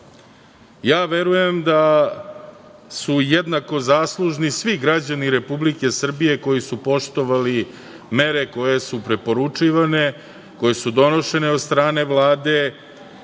ja verujem da su jednako zaslužni svi građani Republike Srbije koji su poštovali mere koje su preporučivane, koje su donošene od strane Vlade